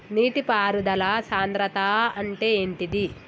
నీటి పారుదల సంద్రతా అంటే ఏంటిది?